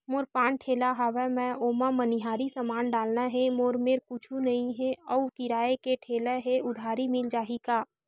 मोर पान ठेला हवय मैं ओमा मनिहारी समान डालना हे मोर मेर कुछ नई हे आऊ किराए के ठेला हे उधारी मिल जहीं का?